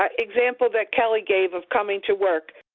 um example that kelly gave of coming to work,